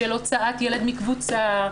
של הוצאת ילד מקבוצה,